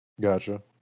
Gotcha